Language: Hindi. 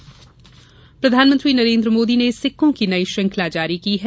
नये सिक्के प्रधानमंत्री नरेन्द्र मोदी ने सिक्कों की नई श्रृंखला जारी की है